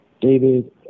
David